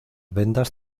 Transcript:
vendas